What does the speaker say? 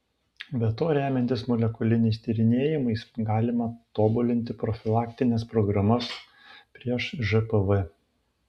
be to remiantis molekuliniais tyrinėjimais galima tobulinti profilaktines programas prieš žpv